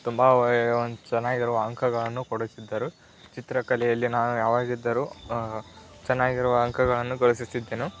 ತುಂಬ ಚೆನ್ನಾಗಿರುವ ಅಂಕಗಳನ್ನು ಕೊಡುತ್ತಿದ್ದರು ಚಿತ್ರಕಲೆಯಲ್ಲಿ ನಾನು ಯಾವಾಗಿದ್ದರೂ ಚೆನ್ನಾಗಿರುವ ಅಂಕಗಳನ್ನು ಗಳಿಸುತ್ತಿದ್ದೆನು